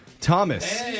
Thomas